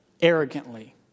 arrogantly